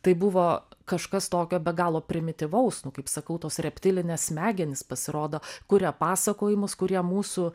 tai buvo kažkas tokio be galo primityvaus nu kaip sakau tos reptilinės smegenys pasirodo kuria pasakojimus kurie mūsų